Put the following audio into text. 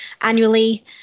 annually